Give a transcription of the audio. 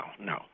no